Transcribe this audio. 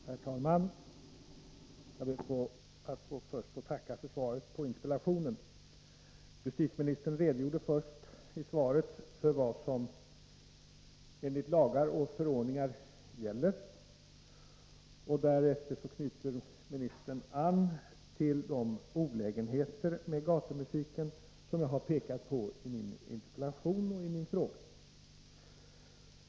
Herr talman! Jag ber först att få tacka för svaret på min interpellation. Justitieministern redogjorde i svaret först för vad som enligt lagar och förordningar gäller. Därefter knyter ministern an till de olägenheter med gatumusiken som jag har pekat på i min interpellation och i min fråga.